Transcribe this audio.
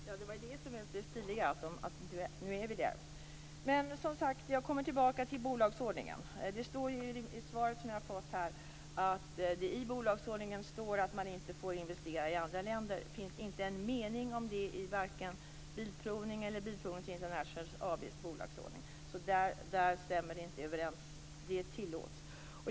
Herr talman! Ja, det var just det som var det stiliga: Nu är vi där! Men jag vill komma tillbaka till bolagsordningen. Det står i det svar jag har fått här att det i bolagsordningen står att man inte får investera i andra länder. Det finns inte en mening om det i bolagsordningen för varken Svensk Bilprovning eller Bilprovning International. Det stämmer alltså inte. Detta tillåts.